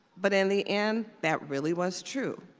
but in the end, that really was true,